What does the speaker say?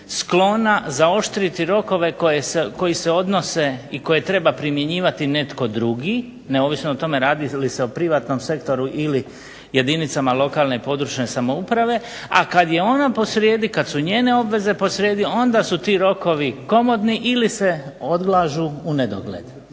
sklona zaoštriti rokove koji se odnose i koje treba primjenjivati netko drugi neovisno o tome radi li se o privatnom sektoru ili jedinicama lokalne, područne samouprave a kad je ona posrijedi, kad su njene obveze posrijedi onda su ti rokovi komotni ili se odlažu u nedogled